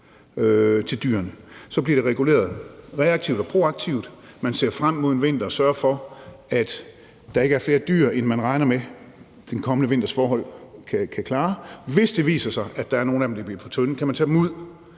Så bliver det reguleret reaktivt og proaktivt; man ser frem mod en vinter og sørger for, at der ikke er flere dyr, end man regner med at den kommende vinters forhold kan klare. Hvis det viser sig, at der er nogle af dem, der bliver for tynde, kan man tage dem ud.